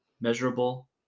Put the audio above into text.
measurable